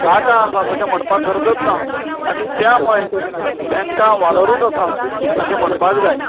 चाकां आसात अशें म्हणपाक हरकत ना आनी त्यामुळे तेंका वालोरूच आसा अशें म्हणपाक जाय